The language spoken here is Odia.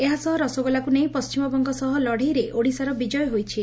ଏହାସହ ରସଗୋଲାକୁ ନେଇ ପଣ୍କିମବଙ୍ଙ ସହ ଲଢ଼େଇରେ ଓଡ଼ିଶାର ବିଙ୍କୟ ହୋଇଛି